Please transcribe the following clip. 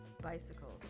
Bicycles